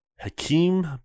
Hakeem